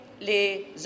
les